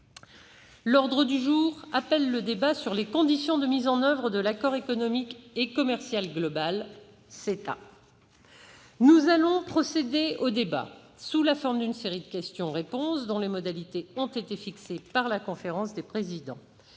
citoyen et écologiste, sur les conditions de mise en oeuvre de l'accord économique et commercial global, ou CETA. Nous allons procéder au débat sous la forme d'une série de questions-réponses dont les modalités ont été fixées par la conférence des présidents.